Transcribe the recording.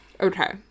Okay